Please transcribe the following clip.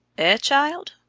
ah, child?